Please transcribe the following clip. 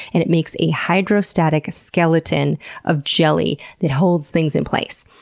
and it makes a hydrostatic skeleton of jelly that holds things in place.